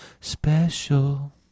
special